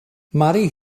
mari